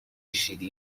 ﻧﻌﺮه